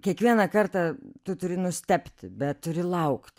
kiekvieną kartą tu turi nustebti bet turi laukt